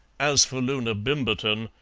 as for loona bimberton,